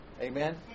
Amen